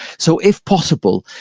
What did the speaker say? so if possible,